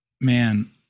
man